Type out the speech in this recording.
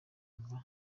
kumva